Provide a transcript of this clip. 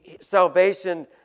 salvation